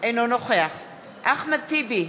אינו נוכח אחמד טיבי,